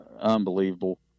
unbelievable